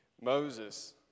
Moses